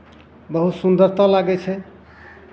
बहुत सुन्दरता लागै छै